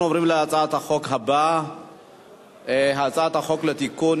אנחנו עוברים להצעת החוק הבאה: הצעת החוק לתיקון